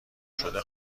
شده